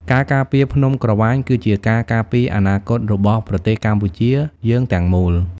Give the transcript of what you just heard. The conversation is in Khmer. ការការពារភ្នំក្រវ៉ាញគឺជាការការពារអនាគតរបស់ប្រទេសកម្ពុជាយើងទាំងមូល។